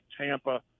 Tampa